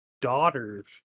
daughter's